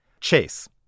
chase